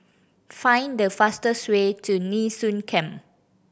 find the fastest way to Nee Soon Camp